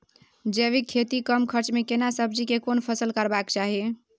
जैविक खेती कम खर्च में केना सब्जी के कोन फसल करबाक चाही?